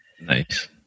nice